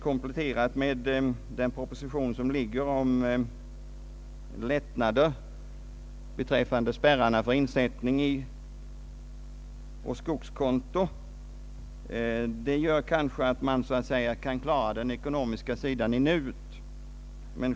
Kompletterat med den proposition som föreligger om lättnader beträffande spärrarna för insättning på skogskonto gör detta att skogsägaren väl något så när kan klara den ekonomiska situationen i nuet.